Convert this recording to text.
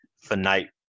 finite